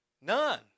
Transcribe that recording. None